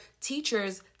teachers